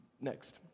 Next